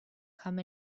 come